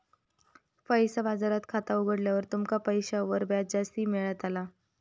पैसा बाजारात खाता उघडल्यार तुमका पैशांवर व्याज जास्ती मेळताला